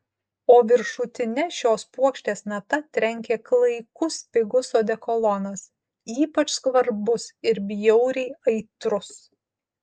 o viršutine šios puokštės nata trenkė klaikus pigus odekolonas ypač skvarbus ir bjauriai aitrus